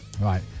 Right